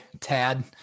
Tad